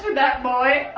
that boy,